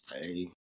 Hey